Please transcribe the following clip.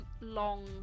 long